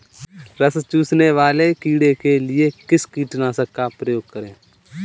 रस चूसने वाले कीड़े के लिए किस कीटनाशक का प्रयोग करें?